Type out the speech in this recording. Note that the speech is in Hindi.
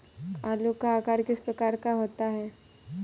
आलू का आकार किस प्रकार का होता है?